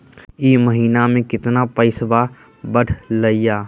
ई महीना मे कतना पैसवा बढ़लेया?